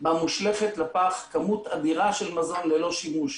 בה מושלכת לפח כמות אדירה של מזון ללא שימוש.